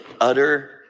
utter